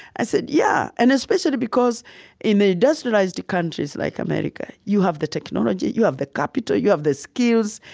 i said, yeah. and especially, because in the industrialized countries like america you have the technology, you have the capital, you have the skills,